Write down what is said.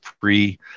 free